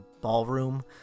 ballroom